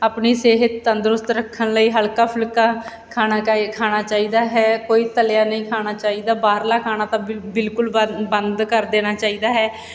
ਆਪਣੀ ਸਿਹਤ ਤੰਦਰੁਸਤ ਰੱਖਣ ਲਈ ਹਲਕਾ ਫੁਲਕਾ ਖਾਣਾ ਕਾ ਖਾਣਾ ਚਾਹੀਦਾ ਹੈ ਕੋਈ ਤਲਿਆ ਨਹੀਂ ਖਾਣਾ ਚਾਹੀਦਾ ਬਾਹਰਲਾ ਖਾਣਾ ਤਾਂ ਬਿਲਕੁਲ ਬੰ ਬੰਦ ਕਰ ਦੇਣਾ ਚਾਹੀਦਾ ਹੈ